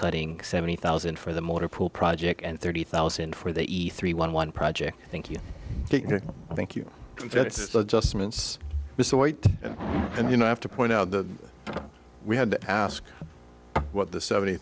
cutting seventy thousand for the motor pool project and thirty thousand for the eat three one one project thank you thank you very just moments and you know i have to point out that we had to ask what the seventy